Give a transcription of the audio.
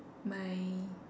my